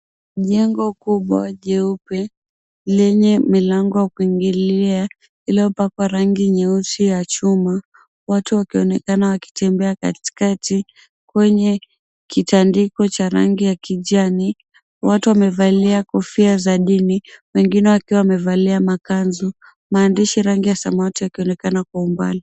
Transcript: Jengo kubwa jeupe lenye milango ya kuingilia iliyopakwa rangi nyeusi ya chuma, watu wakionekana wakitembea katikati kwenye kitandiko cha rangi ya kijani. Watu wamevalia kofia za dini, wengine wakiwa wamevalia makanzu. Maandishi rangi ya samawati yakionekana kwa umbali.